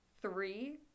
three